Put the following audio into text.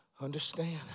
Understand